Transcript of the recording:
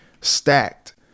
stacked